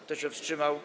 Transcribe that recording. Kto się wstrzymał?